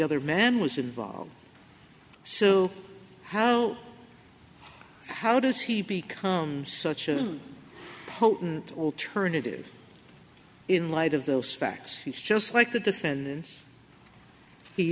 other man was involved so how how does he become such a potent alternative in light of those facts he's just like the defendants he